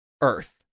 Earth